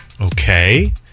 Okay